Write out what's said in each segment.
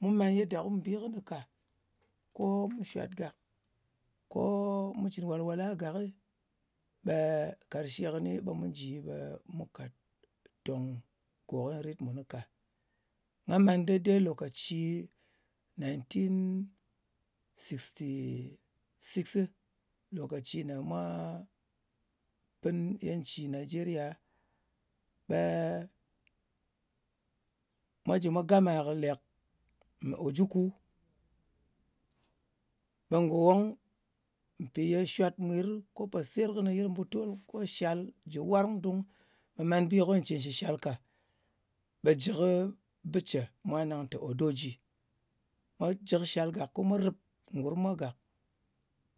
mu man yadda kum bi kɨnɨ ka. Ko mu shwat gak, ko mu cɨn walwala gakɨ, ɓe karshe kɨni ɓe mu ji ɓe mu kàt tòng kò ko nyɨ rit mun ka. Nga man dede lòkàci 1966, lòkaci ne mwa pɨn yanci nayigeriya, ɓe mwa jɨ mwa gama kɨ lèk mɨ ojuku, mpi ye shwat mwir ko nyɨ po seyer kɨnɨ yɨl mbutol, ko shal jɨ warng dung, ɓe man bi ko nyɨ cɨn shɨ shal ka, ɓe jɨ kɨ bɨ ce mwa nang te odoji. Mwa jɨ kɨ shal gak ko mwa rɨp ngurm mwa gàk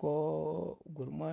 ko gurm mwa,